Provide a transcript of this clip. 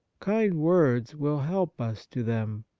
kind words will help us to them.